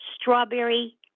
strawberry